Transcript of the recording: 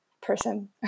person